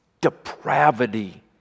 depravity